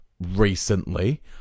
recently